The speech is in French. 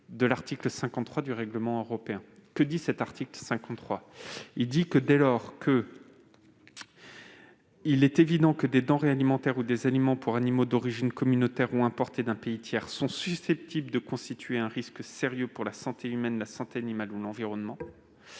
de l'article 53 du règlement européen :« Lorsqu'il est évident que des denrées alimentaires ou des aliments pour animaux d'origine communautaire ou importés d'un pays tiers sont susceptibles de constituer un risque sérieux pour la santé humaine, la santé animale ou l'environnement